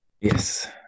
Yes